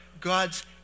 God's